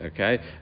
okay